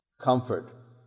comfort